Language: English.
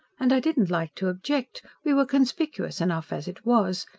and i didn't like to object. we were conspicuous enough as it was,